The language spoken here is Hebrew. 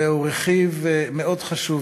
זהו רכיב מאוד חשוב